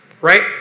right